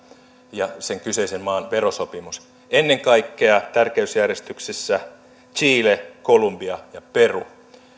ja sen kyseisen maan verosopimus ennen kaikkea tärkeysjärjestyksessä chile kolumbia ja peru